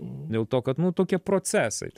dėl to kad nu tokie procesai